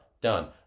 done